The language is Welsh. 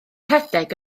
rhedeg